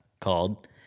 called